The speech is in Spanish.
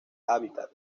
hábitat